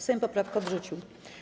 Sejm poprawkę odrzucił.